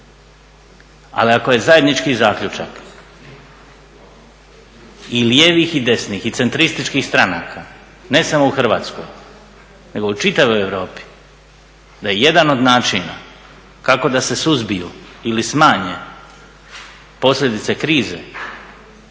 Ali ako je zajednički zaključak i lijevih i desnih i centrističkih stranaka ne samo u Hrvatskoj, nego u čitavoj Europi, da je jedan od načina kako da se suzbiju ili smanje posljedice krize,